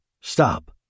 Stop